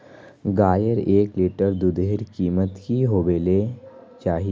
गायेर एक लीटर दूधेर कीमत की होबे चही?